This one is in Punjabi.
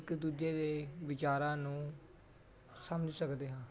ਇਕ ਦੂਜੇ ਦੇ ਵਿਚਾਰਾਂ ਨੂੰ ਸਮਝ ਸਕਦੇ ਹਾਂ